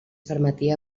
permetia